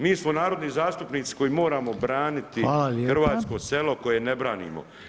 Mi smo narodni zastupnici koji moramo braniti hrvatsko selo, koje ne branimo.